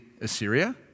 Assyria